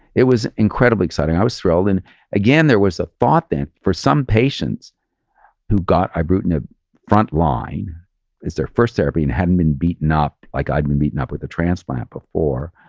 it was incredibly exciting. i was thrilled. and again, there was a thought that for some patients who got ibrutinib front line is their first therapy and hadn't been beaten up like i'd been beaten up with a transplant before.